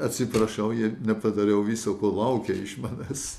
atsiprašau jei nepadariau viso ko laukė iš manęs